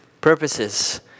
purposes